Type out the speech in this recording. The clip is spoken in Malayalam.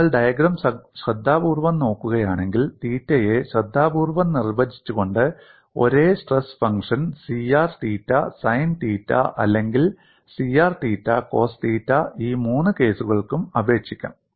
നിങ്ങൾ ഡയഗ്രം ശ്രദ്ധാപൂർവ്വം നോക്കുകയാണെങ്കിൽ തീറ്റയെ ശ്രദ്ധാപൂർവ്വം നിർവചിച്ചുകൊണ്ട് ഒരേ stress function C r theta sine theta അല്ലെങ്കിൽ C r theta cos theta ഈ മൂന്ന് കേസുകൾക്കും അപേക്ഷിക്കാം